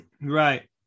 Right